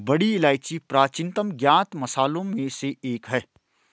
बड़ी इलायची प्राचीनतम ज्ञात मसालों में से एक है